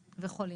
וחולים?